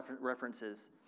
references